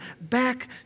back